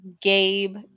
Gabe